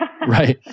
Right